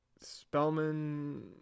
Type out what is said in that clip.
Spellman